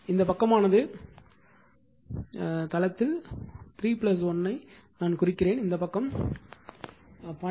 இந்த பக்கமானது 1 தளத்தில் 3 1 ஐ நான் குறிக்கிறேன் இந்த பக்கம் 0